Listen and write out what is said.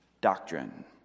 doctrine